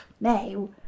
now